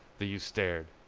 the youth stared.